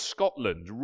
Scotland